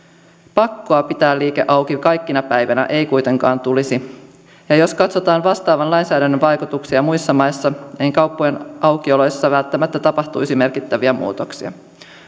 pakkoa pitää liike auki kaikkina päivinä ei kuitenkaan tulisi jos katsotaan vastaavan lainsäädännön vaikutuksia muissa maissa ei kauppojen aukioloissa välttämättä tapahtuisi merkittäviä muutoksia